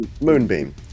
moonbeam